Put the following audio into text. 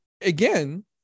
again